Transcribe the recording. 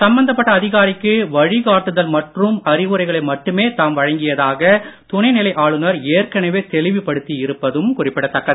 சம்பந்தப்பட்ட அதிகாரிக்கு வழிகாட்டுதல் மற்றும் அறிவுரைகளை மட்டுமே தாம் வழங்கியதாக துணைநிலை ஆளுநர் ஏற்கனவே தெளிவு படுத்தி இருப்பதும் குறிப்பிடத்தக்கது